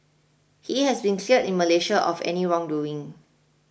he has been cleared in Malaysia of any wrongdoing